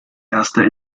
erster